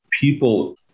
people